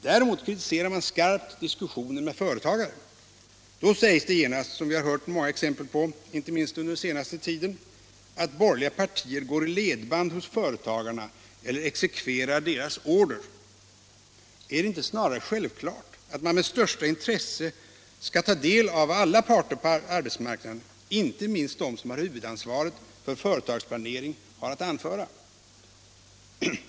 Däremot kritiserar man skarpt diskussioner med företagare. Då sägs det genast — som vi har sett många exempel på, inte minst under den senaste tiden — att borgerliga partier går i företagarnas ledband eller exekverar deras order. Är det inte snarare självklart att man med största intresse skall ta del av vad alla parter på arbetsmarknaden, inte minst de som har huvudansvaret för företagsplanering, har att anföra?